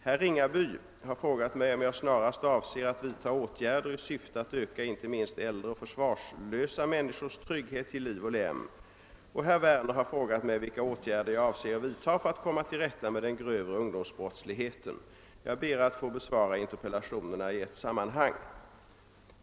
Herr Ringaby har frågat mig om jag snarast avser att vidta åtgärder 1 syfte att öka inte minst äldre och försvarslösa människors trygghet till liv och lem. Herr Werner har frågat mig vilka åtgärder jag avser att vidta för att komma till rätta med den grövre ungdomsbrottsligheten. Jag ber att få besvara interpellationerna i ett sammanhang.